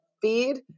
feed